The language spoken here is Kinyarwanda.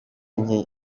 nke